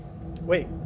Wait